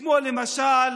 למשל,